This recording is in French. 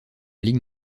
ligue